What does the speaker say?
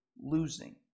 losing